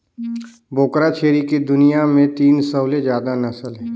बोकरा छेरी के दुनियां में तीन सौ ले जादा नसल हे